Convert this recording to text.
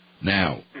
Now